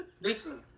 Listen